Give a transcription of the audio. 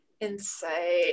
insight